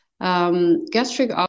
Gastric